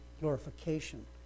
glorification